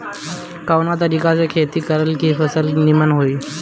कवना तरीका से खेती करल की फसल नीमन होई?